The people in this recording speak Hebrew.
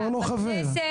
בכנסת,